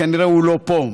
כנראה הוא לא פה.